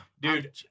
dude